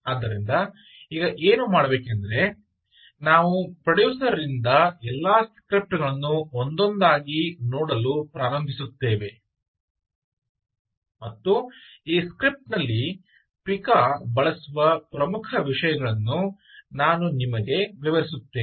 ಆದ್ದರಿಂದ ಈಗ ಏನು ಮಾಡಬೇಕೆಂದರೆ ನಾವು ಪ್ರೊಡ್ಯೂಸರ್ ರಿಂದ ಎಲ್ಲ ಸ್ಕ್ರಿಪ್ಟ್ ಗಳನ್ನು ಒಂದೊಂದಾಗಿ ನೋಡಲು ಪ್ರಾರಂಭಿಸುತ್ತೇವೆ ಮತ್ತು ಈ ಸ್ಕ್ರಿಪ್ಟ್ ನಲ್ಲಿ ಪಿಕಾ ಬಳಸುವ ಪ್ರಮುಖ ವಿಷಯಗಳನ್ನು ನಾನು ನಿಮಗೆ ವಿವರಿಸುತ್ತೇನೆ